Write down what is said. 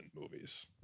movies